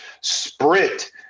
sprint